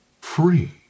free